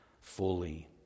fully